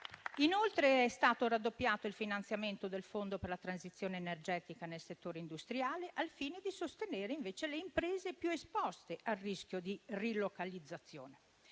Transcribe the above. È stato poi raddoppiato il finanziamento del fondo per la transizione energetica nel settore industriale, al fine di sostenere invece le imprese più esposte al rischio di rilocalizzazione.